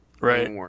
Right